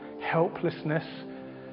helplessness